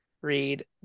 read